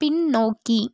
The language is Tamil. பின்னோக்கி